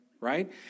right